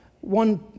One